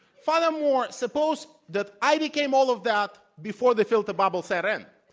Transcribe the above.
furthermore, suppose that i became all of that before the filter bubble set in.